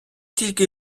тільки